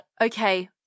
okay